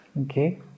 okay